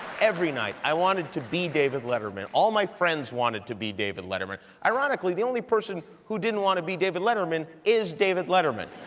every night i wanted to be david letterman. all my friends wanted to be david letterman. ironically, the only person who didn't want to be david letterman is david letterman,